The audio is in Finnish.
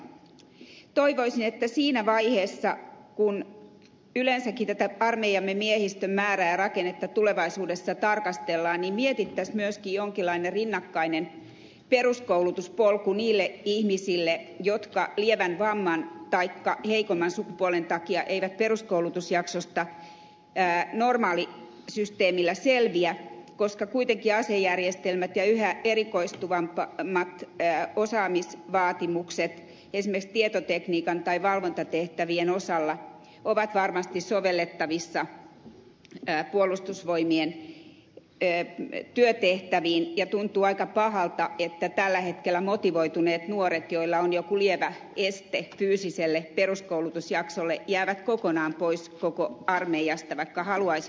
mutta toivoisin että siinä vaiheessa kun yleensäkin tätä armeijamme miehistön määrää ja rakennetta tulevaisuudessa tarkastellaan mietittäisiin myöskin jonkinlainen rinnakkainen peruskoulutuspolku niille ihmisille jotka lievän vamman taikka heikomman sukupuolen takia eivät peruskoulutusjaksosta normaalisysteemillä selviä koska kuitenkin asejärjestelmät ja yhä erikoistuvammat osaamisvaatimukset esimerkiksi tietotekniikan tai valvontatehtävien osalla ovat varmasti sovellettavissa puolustusvoimien työtehtäviin ja tuntuu aika pahalta että tällä hetkellä motivoituneet nuoret joilla on joku lievä este fyysiselle peruskoulutusjaksolle jäävät kokonaan pois armeijasta vaikka haluaisivat sinne